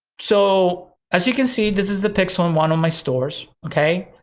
so as you can see this is the pixel in one of my stores, okay?